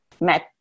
met